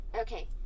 Okay